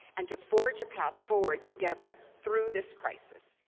and to forge a path forward together through this crisis.